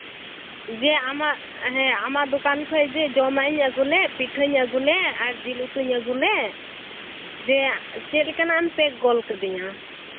ᱡᱮ ᱟᱢᱟᱜ ᱦᱮᱸ ᱟᱢᱟᱜ ᱫᱚᱠᱟᱱ ᱞᱷᱚᱱ ᱡᱮ ᱡᱚᱢᱟᱜ ᱤᱧ ᱟᱹᱜᱩ ᱞᱮᱫ ᱯᱤᱴᱷᱟᱹᱧ ᱟᱹᱜᱩ ᱞᱮᱫ ᱟᱨ ᱡᱤᱞ ᱩᱛᱩᱧ ᱟᱹᱜᱩ ᱞᱮᱫ ᱡᱮ ᱪᱮᱫ ᱞᱮᱠᱟᱱᱟᱜ ᱮᱢ ᱯᱮᱠ ᱜᱚᱫᱽ ᱠᱟᱹᱫᱤᱧᱟ